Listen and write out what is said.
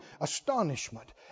astonishment